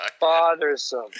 bothersome